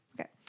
Okay